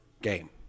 game